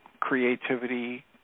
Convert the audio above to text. creativity